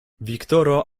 viktoro